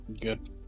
Good